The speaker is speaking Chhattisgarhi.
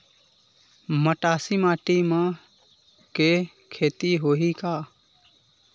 मटासी माटी म के खेती होही का?